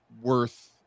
worth